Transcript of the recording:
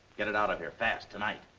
get it out of here fast, tonight.